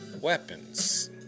weapons